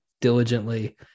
diligently